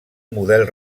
model